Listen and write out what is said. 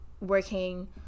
working